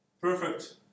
perfect